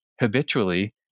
habitually